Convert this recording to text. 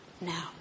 now